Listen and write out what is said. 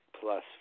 plus